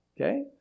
Okay